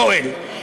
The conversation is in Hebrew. יואל,